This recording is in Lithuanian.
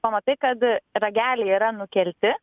pamatai kad rageliai yra nukelti